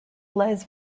lies